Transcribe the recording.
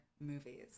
movies